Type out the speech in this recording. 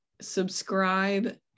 subscribe